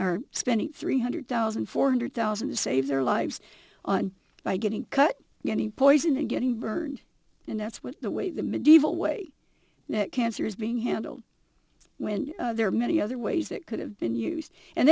are spending three hundred thousand four hundred thousand to save their lives on by getting cut any poison and getting burned and that's what the way the medieval way that cancer is being handled when there are many other ways that could have been used and